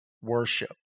worship